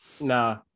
Nah